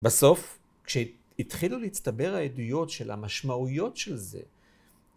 ‫בסוף, כשהתחילו להצטבר ‫העדויות של המשמעויות של זה,